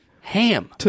ham